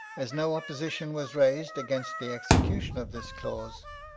as no opposition was raised against the execution of this clause,